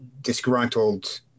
disgruntled